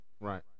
Right